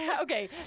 okay